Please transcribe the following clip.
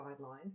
guidelines